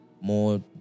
more